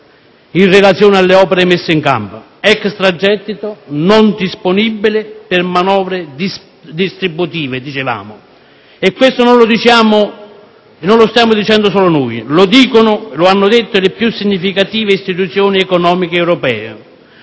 in relazione alle opere messe in campo; l'extragettito non è disponibile per manovre distributive. Questo non lo stiamo dicendo solo noi: lo dicono e l'hanno detto le più significative istituzioni economiche europee;